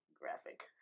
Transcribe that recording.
graphic